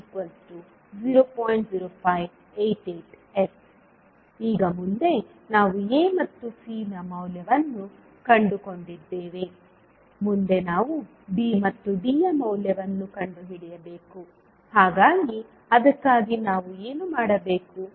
0588S ಈಗ ಮುಂದೆ ನಾವು A ಮತ್ತು C ನ ಮೌಲ್ಯವನ್ನು ಕಂಡುಕೊಂಡಿದ್ದೇವೆ ಮುಂದೆ ನಾವು B ಮತ್ತು Dಯ ಮೌಲ್ಯವನ್ನು ಕಂಡುಹಿಡಿಯಬೇಕು ಹಾಗಾಗಿ ಅದಕ್ಕಾಗಿ ನಾವು ಏನು ಮಾಡಬೇಕು